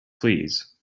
fleas